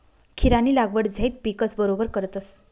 खीरानी लागवड झैद पिकस बरोबर करतस